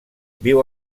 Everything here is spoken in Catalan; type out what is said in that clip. viu